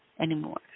anymore